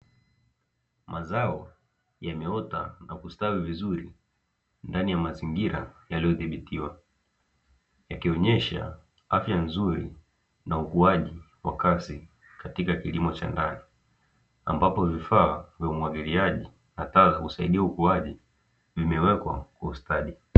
Mazao yameota na kustawi vizuri ndani ya mazingira yaliyodhibitiwa, yakionyesha afya nzuri na ukuaji wa kasi katika kilimo cha ndani, ambapo vifaa vya umwagiliaji na taa za kusaidia ukuaji, vimewekwa kwa ustadi.